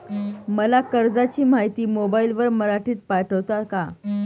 मला कर्जाची माहिती मोबाईलवर मराठीत पाठवता का?